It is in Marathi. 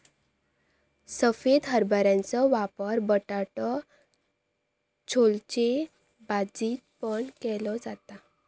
सफेद हरभऱ्याचो वापर बटाटो छोलेच्या भाजीत पण केलो जाता